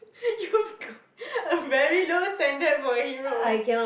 you got a very low standard for a hero